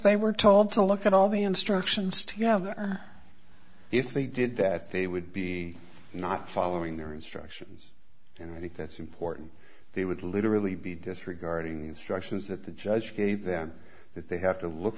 they were told to look at all the instructions to know that if they did that they would be not following their instructions and i think that's important they would literally be disregarding the instructions that the judge gave them that they have to look